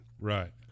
right